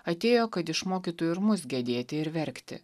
atėjo kad išmokytų ir mus gedėti ir verkti